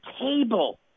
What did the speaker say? table